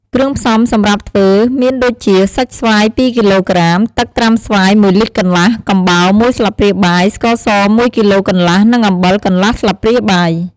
គ្រឿងផ្សំសម្រាប់ធ្វើមានដូចជា សាច់ស្វាយ ២គីឡូក្រាម ទឹកត្រាំស្វាយ ១លីត្រកន្លះ កំបោរ ១ស្លាបព្រាបាយ ស្ករស ១គីឡូកន្លះ និងអំបិលកន្លះស្លាបព្រាបាយ។